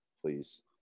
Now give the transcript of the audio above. please